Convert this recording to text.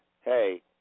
Hey